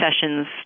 sessions